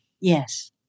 Yes